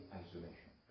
isolation